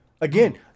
Again